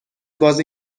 بازی